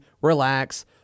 relax